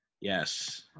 Yes